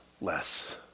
less